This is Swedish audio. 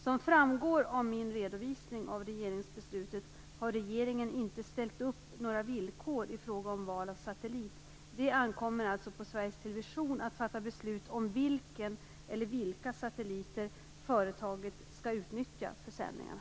Som framgår av min redovisning av regeringsbeslutet har regeringen inte ställt upp några villkor i fråga om val av satellit. Det ankommer alltså på Sveriges Television att fatta beslut om vilken eller vilka satelliter företaget skall utnyttja för sändningarna.